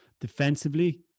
Defensively